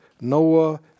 Noah